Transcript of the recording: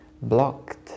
blocked